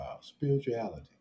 spirituality